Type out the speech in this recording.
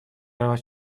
права